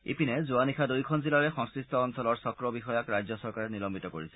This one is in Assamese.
ইপিনে যোৱা নিশা দুয়োখন জিলাৰে সংশ্লিষ্ট অঞ্চলৰ চক্ৰ বিষয়াক ৰাজ্য চৰকাৰে নিলম্বিত কৰিছে